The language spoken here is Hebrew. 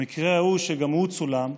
במקרה ההוא, שגם הוא צולם,